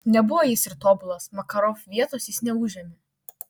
nebuvo jis ir tobulas makarov vietos jis neužėmė